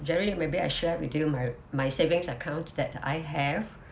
jerilyn maybe I share with you my my savings account that I have